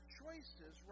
choices